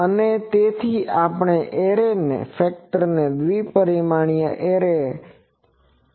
અને તેથી આપણે આ એરે ફેક્ટરને દ્વિ પરિમાણીય એરે ફેક્ટર I0 લખી શકીએ છીએ